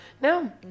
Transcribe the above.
No